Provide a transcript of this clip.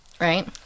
right